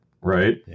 right